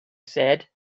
said